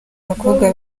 abakobwa